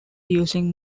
using